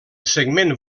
segment